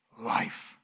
life